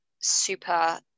super